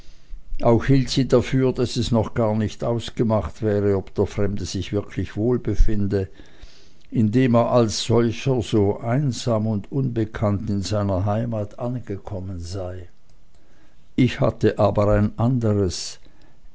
auch hielt sie dafür daß es noch gar nicht ausgemacht wäre ob der fremde sich wirklich wohl befinde indem er als solcher so einsam und unbekannt in seiner heimat angekommen sei ich hatte aber ein anderweitiges